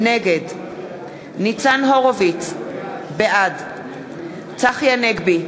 נגד ניצן הורוביץ, בעד צחי הנגבי,